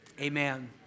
amen